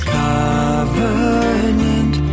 covenant